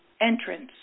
entrance